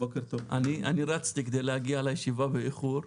אני רצתי כדי להגיע לישיבה באיחור.